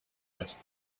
vest